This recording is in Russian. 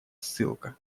ссылка